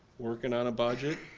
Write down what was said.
working on a budget.